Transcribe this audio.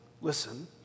listen